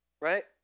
right